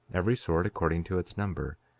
every sort according to its number.